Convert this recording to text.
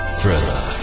Thriller